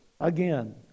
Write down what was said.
again